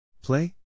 Play